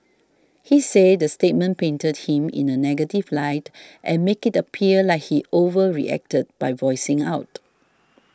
he said the statement painted him in a negative light and make it appear like he overreacted by voicing out